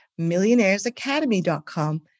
millionairesacademy.com